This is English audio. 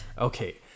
Okay